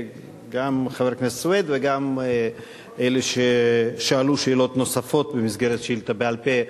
גם חבר הכנסת סוייד וגם אלה ששאלו שאלות נוספות במסגרת שאילתא בעל-פה.